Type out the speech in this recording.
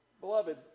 Beloved